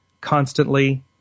Constantly